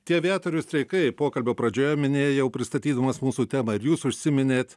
tie aviatorių streikai pokalbio pradžioje minėjau pristatydamas mūsų temą ir jūs užsiminėt